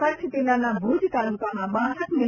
કચ્છ જિલ્લાના ભૂજ તાલુકામાં હર મી